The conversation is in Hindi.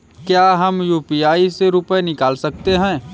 क्या हम यू.पी.आई से रुपये निकाल सकते हैं?